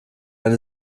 eine